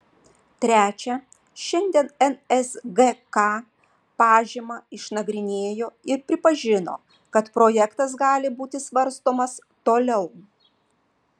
trečia šiandien nsgk pažymą išnagrinėjo ir pripažino kad projektas gali būti svarstomas toliau